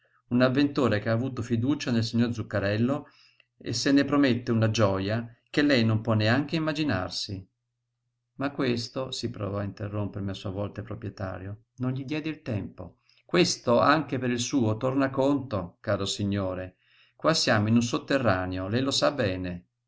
un avventore che ha avuto fiducia nel signor zuccarello e se ne promette una gioja che lei non può neanche immaginarsi ma questo si provò a interrompermi a sua volta il proprietario non gli diedi tempo questo anche per suo tornaconto caro signore qua siamo in un sotterraneo lei lo sa bene